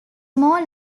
more